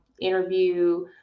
interview